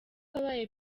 abaye